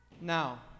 Now